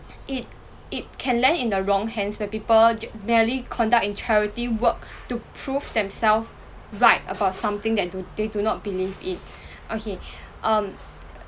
it it can land in the wrong hands where people ju~ merely conduct in charity work to prove themselves right about something they do they do not believe in okay um